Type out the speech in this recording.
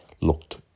looked